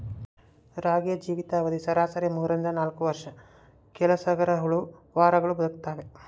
ರಾಣಿಯ ಜೀವಿತ ಅವಧಿ ಸರಾಸರಿ ಮೂರರಿಂದ ನಾಲ್ಕು ವರ್ಷ ಕೆಲಸಗರಹುಳು ವಾರಗಳು ಬದುಕ್ತಾವೆ